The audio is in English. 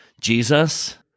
Jesus